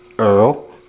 Earl